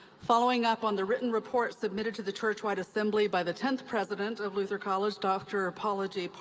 following up on the written report submitted to the churchwide assembly by the tenth president of luther college, dr. paula j.